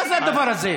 מה זה הדבר הזה?